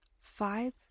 five